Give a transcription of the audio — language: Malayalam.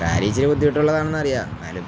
കാരരിച്ച ബദ്ധിമുട്ടുള്ളതാണ അറിയാം എന്നാലും